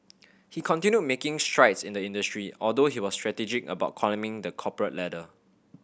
he continued making strides in the industry although he was strategic about climbing the corporate ladder